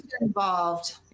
involved